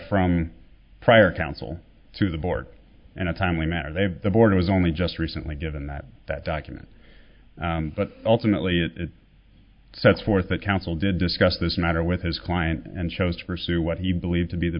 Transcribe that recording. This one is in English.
from prior counsel to the board in a timely manner they the board was only just recently given that that document but ultimately it sets forth the counsel did discuss this matter with his client and chose to pursue what he believed to be the